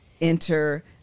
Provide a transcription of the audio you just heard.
enter